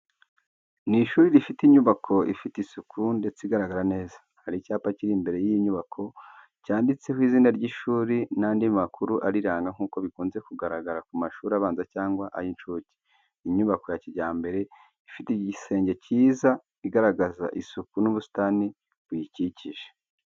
Ni ishuri rifite inyubako ifite isuku ndetse igaragara neza. Hari icyapa kiri imbere y’iyo nyubako cyanditseho izina ry’ishuri n’andi makuru ariranga nk’uko bikunze kugaragara ku mashuri abanza cyangwa ay’incuke. Ni inyubako ya kijyambere ifite igisenge cyiza igaragaza isuku n'ubusitani buyikikije.